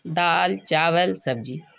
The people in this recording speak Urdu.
دال چاول سبزی